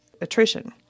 attrition